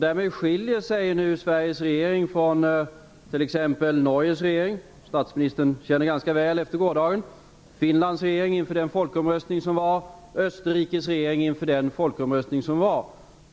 Därmed skiljer sig nu Sveriges regerings inställning från t.ex. den i Norges regering, som statsministern känner ganska väl till sedan gårdagen, från inställningen i Finlands regering inför den finska folkomröstningen och från inställningen i Österrikes regering inför det landets folkomröstning.